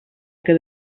que